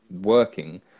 working